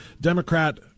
Democrat